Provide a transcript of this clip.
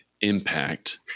impact